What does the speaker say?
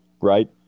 right